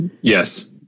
Yes